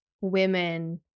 women